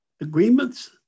agreements